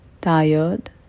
tired